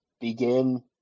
begin